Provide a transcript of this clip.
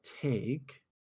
take